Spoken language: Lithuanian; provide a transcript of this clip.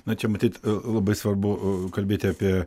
na čia matyt labai svarbu kalbėti apie